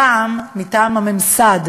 הפעם מטעם הממסד,